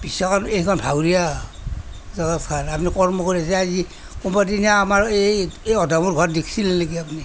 চব এইখন ভাৱৰীয়া আপুনি কৰ্ম কৰি যাৰ যি অতদিনে আমাৰ এই অধৰ্ম হোৱা দেখিছিল নেকি আপুনি